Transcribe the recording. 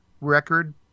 record